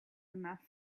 enough